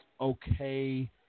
okay